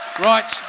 Right